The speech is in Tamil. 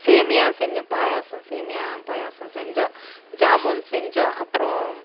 சேமியா செஞ்சோம் பாயாசம் சேமியா பாயாசம் செஞ்சோம் ஜாமுன் செஞ்சோம் அப்புறம்